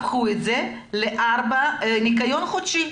הפכו את זה לארבע שעות ניקיון חודשי.